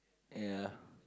ya